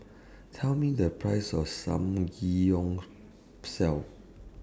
Tell Me The Price of Samgyeopsal